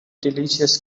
delicious